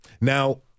Now